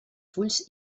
fulls